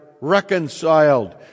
reconciled